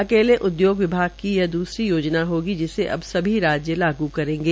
अकेले उद्योग विभाग की यह दसूरी योजना होगी जिसे अब सभी राज्यों लागू करेंगे